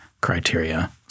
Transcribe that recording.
criteria